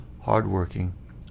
hardworking